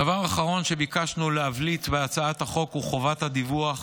דבר אחרון שביקשנו להבליט בהצעת החוק הוא חובת הדיווח.